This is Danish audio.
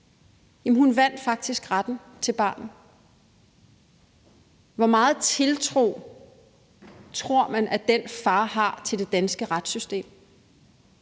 faktisk vandt retten til barnet. Hvor meget tiltro tror man at den far har til det danske retssystem